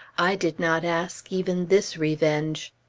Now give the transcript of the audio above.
i did not ask even this revenge.